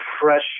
fresh